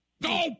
No